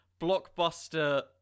blockbuster